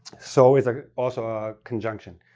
so is a. also a conjunction.